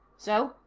so,